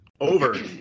Over